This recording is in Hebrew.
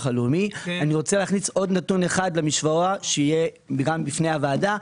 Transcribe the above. רוצה להכניס עוד נתון אחד למשוואה שיהיה גם בפני הוועדה,